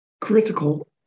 critical